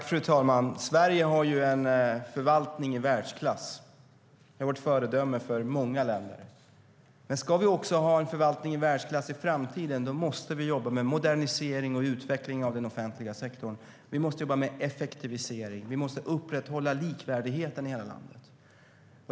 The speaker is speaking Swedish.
Fru talman! Sverige har en förvaltning i världsklass. Den har varit ett föredöme för många länder. Men om vi ska ha en förvaltning i världsklass även i framtiden måste vi jobba med modernisering och utveckling av den offentliga sektorn. Vi måste jobba med effektivisering, och vi måste upprätthålla likvärdigheten i hela landet.